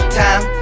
time